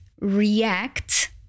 react